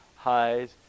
highs